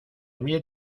miel